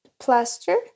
Plaster